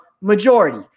majority